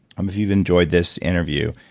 um if you've enjoyed this interview,